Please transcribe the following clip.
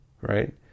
right